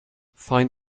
fine